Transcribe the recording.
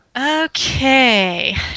Okay